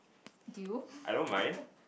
do you